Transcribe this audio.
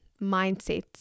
mindsets